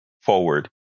forward